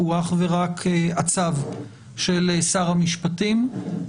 הוא אך ורק הצו של שר המשפטים.